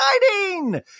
exciting